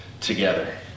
together